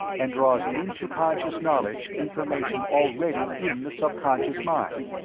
and draws into conscious knowledge information already in the subconscious mind.